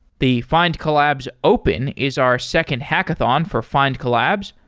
the findcollabs open is our second hackathon for findcollabs.